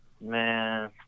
Man